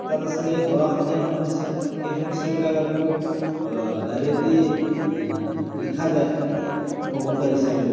তাত আছিলে গৰাখহনীয়াৰ সমস্যা সেই সমস্যাবিলাক আকৌ ডাইৰেক্টলি লিখা যায় প্ৰৱন্ধ হিচাপে